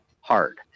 hard